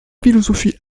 philosophie